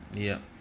yup